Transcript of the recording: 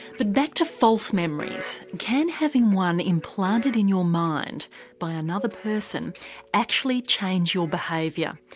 but back to false memories, can having one implanted in your mind by another person actually change your behaviour?